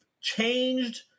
changed